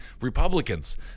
Republicans